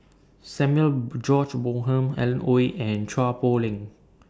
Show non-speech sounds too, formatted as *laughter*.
Samuel *noise* George Bonham Alan Oei and Chua Poh Leng